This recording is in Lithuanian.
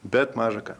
bet maža ką